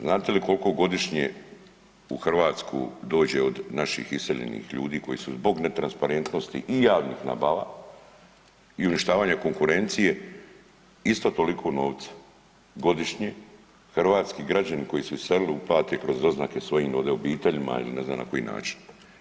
Znate li koliko godišnje u Hrvatsku dođe od naših iseljenih ljudi koji su zbog netransparentnosti i javnih nabava i uništavanje konkurencije isto toliko novca godišnje hrvatski građani koji su iselili uplate kroz doznake svojim ovdje obiteljima ili ne znam na koji način.